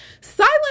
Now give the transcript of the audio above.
Silent